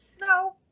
No